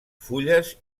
fulles